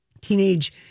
teenage